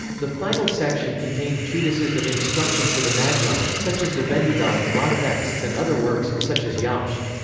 the final section contained treatises of instruction for the magi, such as the vendidad, law-texts and other works, such as yashts.